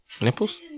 Nipples